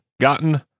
gotten